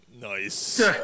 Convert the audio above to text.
nice